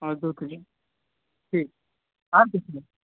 हँ दू के जी ठीक हँ ठीक छै